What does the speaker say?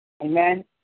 Amen